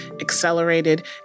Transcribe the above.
accelerated